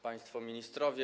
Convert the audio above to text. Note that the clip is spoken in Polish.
Państwo Ministrowie!